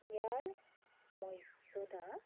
ইয়াৰ মৰ্যদা